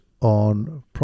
on